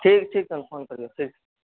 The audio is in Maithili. ठीक ठीक हम फ़ोन करबऽ ठीक